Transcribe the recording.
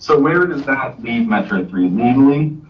so where does that leave metro three needling.